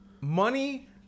Money